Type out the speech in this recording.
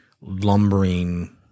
lumbering